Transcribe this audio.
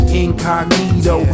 incognito